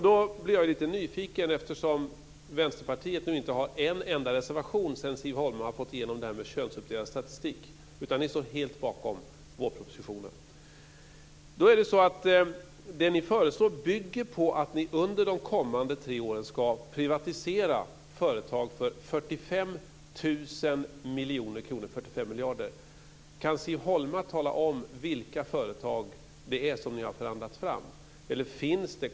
Då blir jag lite nyfiken, eftersom Vänsterpartiet inte har en enda reservation, sedan Siv Holma har fått igenom förslaget om könsuppdelad statistik, utan står helt bakom vårpropositionen. Det ni föreslår bygger på att ni under de kommande tre åren ska privatisera företag för 45 miljarder. Kan Siv Holma tala om vilka företag det är som har förhandlats fram?